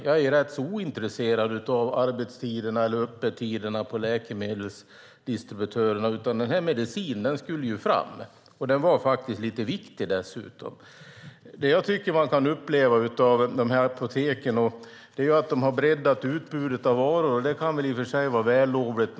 Jag är rätt så ointresserad av arbetstiderna eller öppettiderna hos läkemedelsdistributörerna. Den här medicinen skulle fram; den var dessutom lite viktig. Man kan se att apoteken har breddat utbudet av varor, och det kan ju vara vällovligt.